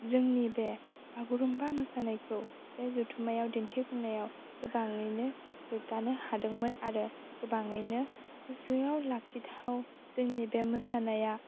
जोंनि बे बागुरुम्बा मोसानायखौ बे जथुमायाव दिन्थिफुंनायाव गोबाङैनो गोग्गानो हादोंमोन आरो गोबाङैनो गोसोयाव लाखिथाव जोंनि बे मोसानाया